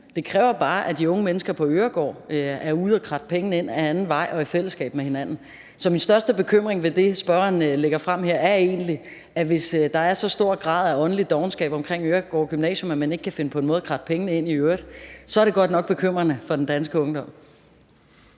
det kræver bare, at de unge mennesker på Øregård er ude at kratte pengene ind ad anden vej og i fællesskab med hinanden. Så min største bekymring ved det, som spørgeren her lægger frem, er egentlig det. Hvis der er så stor en grad af åndelig dovenskab omkring Øregård Gymnasium, at man ikke kan finde på en måde at kratte pengene ind i øvrigt, så er det godt nok bekymrende for den danske ungdom.